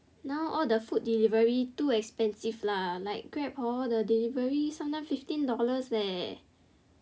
now all the food delivery too expensive lah like grab hor the deliveries sometimes fifteen dollars leh